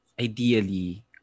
Ideally